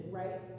right